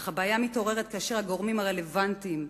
אך הבעיה מתעוררת כאשר הגורמים הרלוונטיים,